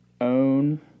Own